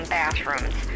bathrooms